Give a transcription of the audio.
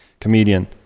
comedian